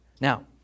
Now